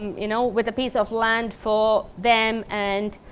you know with a piece of land for them and